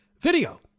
video